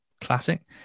classic